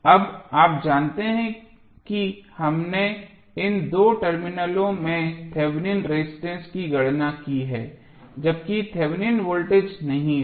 अब आप जानते हैं कि हमने इन दो टर्मिनलों में थेवेनिन रेजिस्टेंस की गणना की है जबकि थेवेनिन वोल्टेज नहीं था